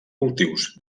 cultius